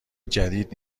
جدید